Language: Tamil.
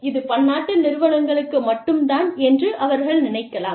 இது பன்னாட்டு நிறுவனங்களுக்கு மட்டும் தான் என்று அவர்கள் நினைக்கலாம்